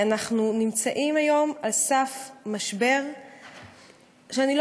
אנחנו נמצאים היום על סף משבר שאני לא